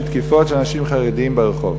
של תקיפות של אנשים חרדים ברחוב?